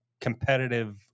competitive